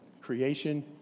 Creation